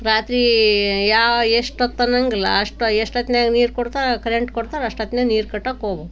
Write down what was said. ರಾತ್ರಿ ಯಾ ಎಷ್ಟೊತ್ತು ಅನ್ನೋಂಗಿಲ್ಲ ಅಷ್ಟು ಎಷ್ಟೊತ್ತಿನಾಗ್ ನೀರು ಕೊಡ್ತಾರೆ ಕರೆಂಟ್ ಕೊಡ್ತಾರೆ ಅಷ್ಟೊತ್ತಿನಾಗ್ ನೀರು ಕಟ್ಟೋಕೆ ಹೋಬೇಕು